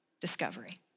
discovery